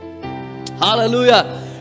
Hallelujah